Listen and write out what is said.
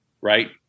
right